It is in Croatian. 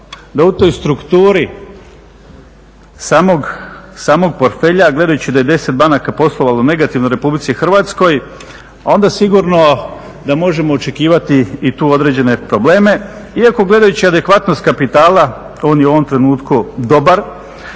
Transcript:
da u toj strukturi samog portfelja, gledajući da je 10 banaka poslovalo negativno u Republici Hrvatskoj onda sigurno da možemo očekivati i tu određene probleme, iako gledajući adekvatnost kapitala on je u ovom trenutku dobar,